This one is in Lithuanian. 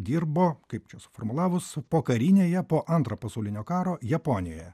dirbo kaip čia suformulavus pokarinėje po antrojo pasaulinio karo japonijoje